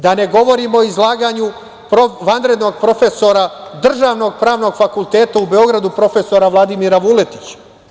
Da ne govorim o izlaganju vanrednog profesora državnog Pravnog fakulteta u Beogradu, profesora Vladimira Vuletića.